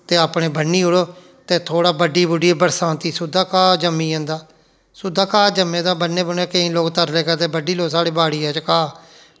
ते अपने बन्नी ओड़ो ते थोह्ड़ा ब'ड्डी बुड्डियै बरसांती सुद्दा घाऽ जम्मी जंदा सुद्दा घाऽ जम्मे दा बन्नैं बुन्नैं केईं लोग तरले करदे ब'ड्डी लैओ साढ़ी बाड़ियै च घाऽ